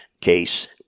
case